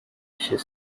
she